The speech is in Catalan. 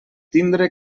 tindre